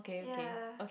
ya